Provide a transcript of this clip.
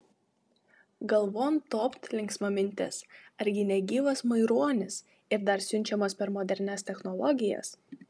galvon topt linksma mintis argi ne gyvas maironis ir dar siunčiamas per modernias technologijas